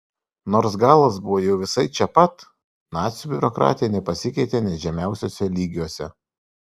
nors galas buvo jau visai čia pat nacių biurokratija nepasikeitė net žemiausiuose lygiuose